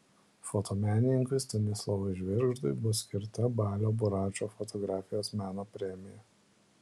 fotomenininkui stanislovui žvirgždui bus skirta balio buračo fotografijos meno premija